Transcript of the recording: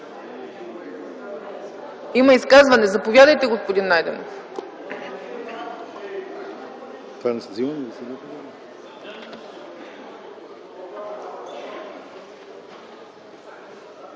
Има изказване – заповядайте, господин Найденов.